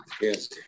yes